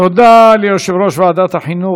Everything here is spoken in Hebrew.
תודה ליושב-ראש ועדת החינוך,